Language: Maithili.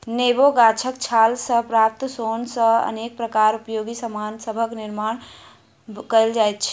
नेबो गाछक छाल सॅ प्राप्त सोन सॅ अनेक प्रकारक उपयोगी सामान सभक निर्मान कयल जाइत छै